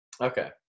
Okay